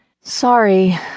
Sorry